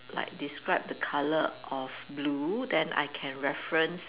like describe the colour of blue then I can reference